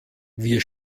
wir